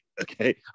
Okay